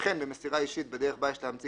וכן במסירה אישית בדרך בה יש להמציא